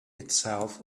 itself